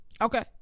Okay